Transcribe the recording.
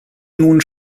nun